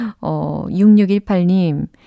6618님